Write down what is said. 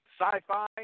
Sci-fi